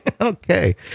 Okay